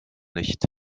nicht